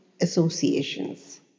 associations